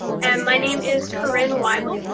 and my name is corinne weible.